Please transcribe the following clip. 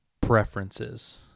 preferences